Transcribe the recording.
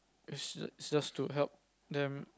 it's it's just to help them